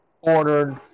ordered